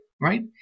Right